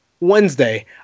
Wednesday